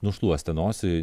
nušluostė nosį